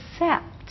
accept